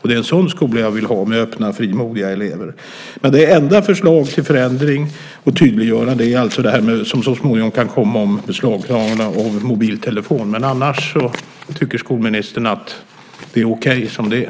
Det är en sådan skola jag vill ha med öppna frimodiga elever. Det enda förslaget till förändring och tydliggörande är alltså detta som så småningom kan komma om beslagtagande av mobiltelefon. Annars tycker skolministern att det är okej som det är.